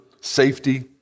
safety